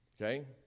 Okay